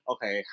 Okay